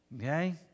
Okay